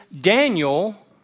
Daniel